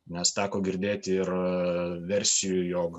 nes teko girdėti ir versijų jog